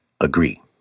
agree